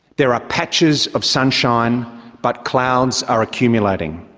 there are patches of sunshine but clouds are accumulating.